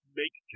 make